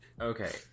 okay